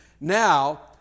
Now